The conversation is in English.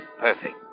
perfect